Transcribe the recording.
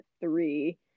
three